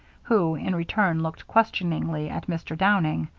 who in return looked questioningly at mr. downing.